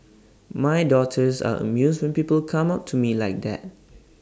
my daughters are amused when people come up to me like that